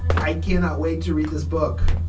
i cannot wait to read this book.